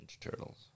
Turtles